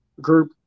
group